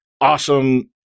awesome